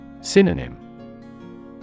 Synonym